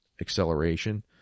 acceleration